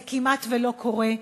זה כמעט לא קורה.